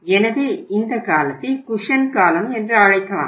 எனவே இந்த காலத்தை குஷன் காலம் என்று அழைக்கலாம்